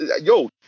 yo